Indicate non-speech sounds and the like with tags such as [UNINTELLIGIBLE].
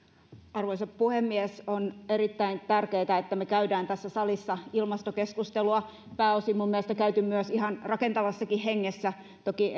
arvoisa puhemies on erittäin tärkeätä että me käymme tässä salissa ilmastokeskustelua ja pääosin minun mielestäni ihan rakentavassakin hengessä toki [UNINTELLIGIBLE]